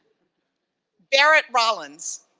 barrett rollins,